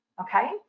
okay